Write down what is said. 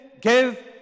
give